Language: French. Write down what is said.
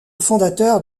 fondateur